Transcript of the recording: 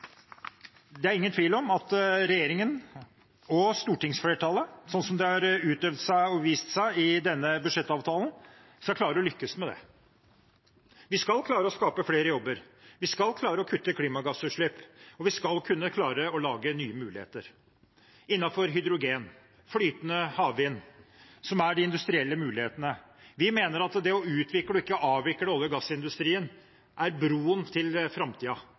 Det er ingen tvil om at regjeringen og stortingsflertallet sånn som det har utøvd seg og vist seg i denne budsjettavtalen, skal klare å lykkes med det. Vi skal klare å skape flere jobber, vi skal klare å kutte klimagassutslipp, og vi skal klare å lage nye muligheter – innenfor hydrogen og flytende havvind, som er de industrielle mulighetene. Vi mener at det å utvikle og ikke avvikle olje- og gassindustrien er broen til